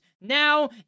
now